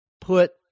put